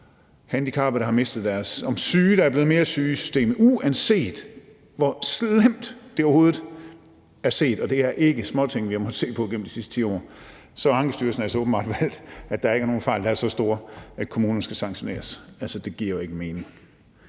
fra deres forældre, og om syge, der er blevet mere syge i systemet, altså uanset hvor slemt det overhovedet har været, og det er ikke småting, vi har måttet se på igennem de sidste 10 år, så har Ankestyrelsen altså åbenbart valgt, at der ikke er nogen fejl, der er så store, at kommunerne skal sanktioneres. Altså, det giver jo ikke mening.